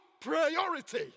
priority